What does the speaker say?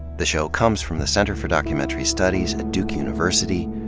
the show comes from the center for documentary studies at duke university,